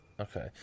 Okay